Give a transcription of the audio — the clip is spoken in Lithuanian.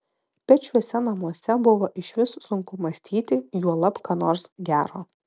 bet šiuose namuose buvo išvis sunku mąstyti juolab ką nors gero